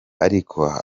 ariko